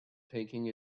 taking